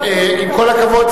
עם כל הכבוד,